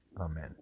Amen